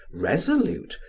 resolute,